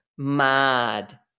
mad